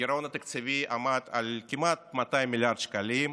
הגירעון התקציבי עמד על כמעט 200 מיליארד שקלים,